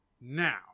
Now